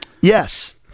Yes